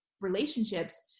relationships